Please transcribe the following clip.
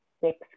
six